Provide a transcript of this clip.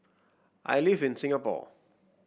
I live in Singapore